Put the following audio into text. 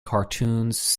cartoons